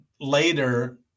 later